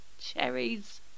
cherries